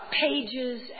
pages